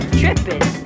tripping